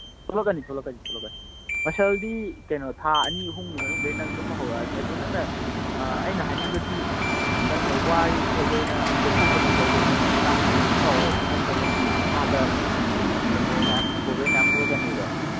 ꯊꯣꯛꯂꯛꯀꯅꯤ ꯊꯣꯛꯂꯛꯀꯅꯤ ꯊꯣꯛꯂꯛꯀꯅꯤ ꯃꯁꯜꯗꯤ ꯀꯩꯅꯣ ꯊꯥ ꯑꯅꯤ ꯑꯍꯨꯝꯒꯤ ꯃꯅꯨꯡꯗꯒꯤ ꯅꯪ ꯑꯗꯨꯝ ꯍꯧꯔꯛꯑꯅꯤ ꯑꯗꯨ ꯅꯪꯅ ꯑꯩꯅ ꯍꯥꯏꯅꯤꯡꯕꯗꯤ ꯅꯪꯅ ꯋꯥꯔꯦ ꯈꯣꯠꯂꯦꯅ ꯂꯦꯞꯊꯣꯛꯄꯗꯣ ꯇꯧꯒꯅꯨ ꯆꯥꯡ ꯅꯥꯏꯅ ꯑꯗꯨꯝ ꯂꯥꯛꯑꯣ ꯑꯗꯨ ꯅꯠꯇ꯭ꯔꯒꯗꯤ ꯅꯁꯥꯗ ꯀꯩꯅꯣ ꯃꯌꯥꯝ ꯄ꯭ꯔꯣꯕ꯭ꯂꯦꯝ ꯃꯌꯥꯝ ꯊꯣꯛꯂꯛꯀꯅꯦꯕ